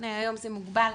היום זה מוגבל.